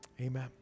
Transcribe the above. Amen